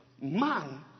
man